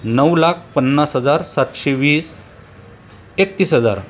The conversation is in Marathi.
नऊ लाख पन्नास हजार सातशे वीस एकतीस हजार